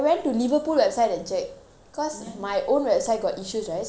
cause my own website got issues right so நான்:naan liverpool website போய்:pooi check பண்ணும் போது:pannum pothu